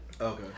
Okay